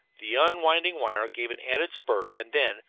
the unwinding wire gave an added spurt, and then,